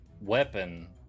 weapon